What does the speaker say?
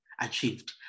achieved